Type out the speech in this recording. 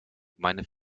meine